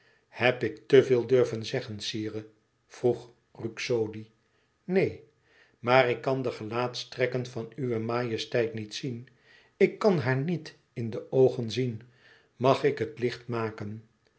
heb ik te veel durven zeggen sire vroeg ruxodi neen maar ik kan de gelaatstrekken van uwe majesteit niet zien ik kan haar niet in de oogen zien mag ik het licht maken